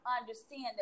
understand